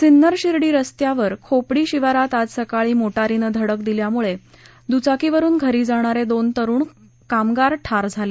सिन्नर शिर्डी रस्त्यावर खोपडी शिवारात आज सकाळी मोटारीनं धडक दिल्यानं दुचाकीवरुन घरी जाणारे दोन तरुण कामगार ठार झाले